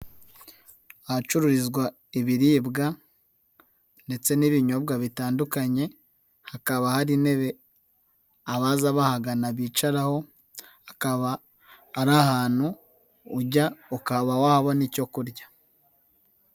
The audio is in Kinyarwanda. Ahacururizwa ibiribwa ndetse n'ibinyobwa bitandukanye, hakaba hari intebe abaza bahagana bicaraho, akaba ari ahantu ujya ukaba wabona icyo kurya.